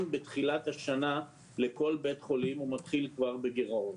בתחילת השנה - כל בית חולים מתחיל כבר בגירעון.